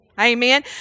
Amen